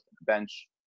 bench